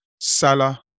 Salah